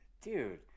Dude